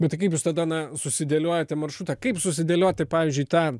bet kaip jūs tada na susidėliojote maršrutą kaip susidėlioti pavyzdžiui tą